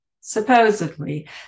supposedly